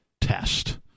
test